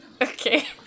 okay